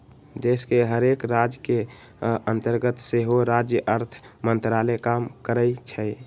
देश के हरेक राज के अंतर्गत सेहो राज्य अर्थ मंत्रालय काम करइ छै